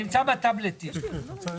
בטבלטים.